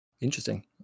Interesting